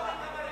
ההצעה להעביר